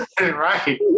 Right